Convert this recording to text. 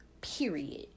Period